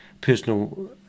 personal